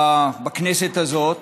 בכנסת הזאת